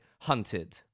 Hunted